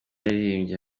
yaririmbiye